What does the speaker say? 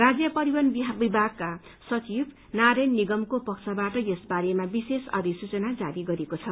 राज्य परिवहन विभागका सचिव नारायण निगमको पक्षबाट यस बारेमा विशेष अधिसूचना जारी गरिएको छ